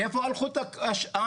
איפה הלכו השאר?